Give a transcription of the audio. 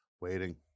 Waiting